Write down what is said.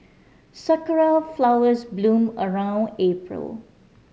sakura flowers bloom around April